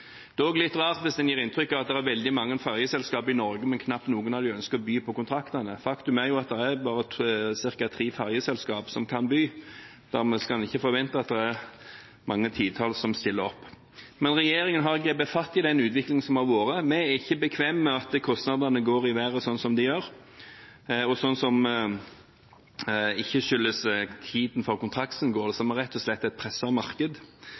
Det er også litt rart hvis en gir inntrykk av at det er veldig mange ferjeselskap i Norge, men at knapt noen av dem ønsker å by på kontraktene. Faktum er at det bare er ca. tre ferjeselskap som kan by. Dermed kan en ikke forvente at det er mange titalls selskap som stiller opp. Regjeringen har grepet fatt i den utviklingen som har vært. Vi er ikke bekvemme med at kostnadene går i været slik som de gjør – noe som ikke skyldes tiden for kontraktsinngåelse, men rett og slett et presset marked,